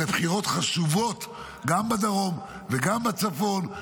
אלו בחירות חשובות גם בדרום וגם בצפון,